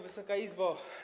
Wysoka Izbo!